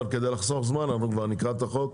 אבל כדי לחסוך זמן אנחנו כבר נקרא את החוק,